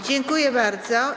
Dziękuję bardzo.